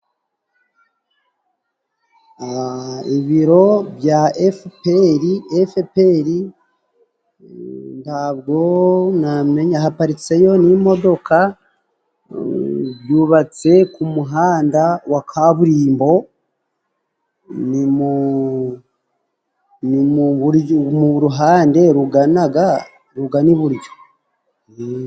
Ibiro bya Efuperi Efeperi ntabwo namenya, haparitse yo n'imodoka, byubatse ku muhanda wa kaburimbo, ni mu ruhande ruganaga rugana iburyo.